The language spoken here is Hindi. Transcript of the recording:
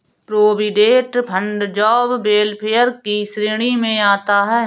प्रोविडेंट फंड जॉब वेलफेयर की श्रेणी में आता है